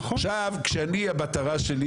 עכשיו, כשאני המטרה שלי